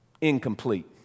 incomplete